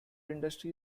industry